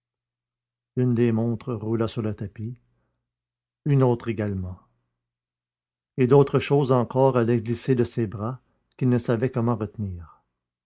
une des montres roula sur le tapis une autre également et d'autres choses encore allaient glisser de ses bras qu'il ne savait comment retenir